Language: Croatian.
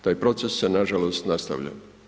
Taj proces se nažalost nastavlja.